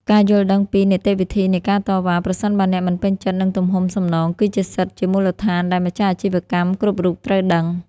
ការយល់ដឹងពី នីតិវិធីនៃការតវ៉ា ប្រសិនបើអ្នកមិនពេញចិត្តនឹងទំហំសំណង គឺជាសិទ្ធិជាមូលដ្ឋានដែលម្ចាស់អាជីវកម្មគ្រប់រូបត្រូវដឹង។